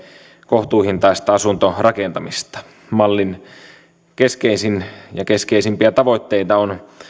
kohtuuhintaista asuntorakentamista mallin keskeisimpiä tavoitteita on